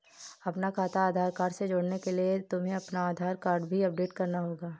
अपना खाता आधार कार्ड से जोड़ने के लिए तुम्हें अपना आधार कार्ड भी अपलोड करना होगा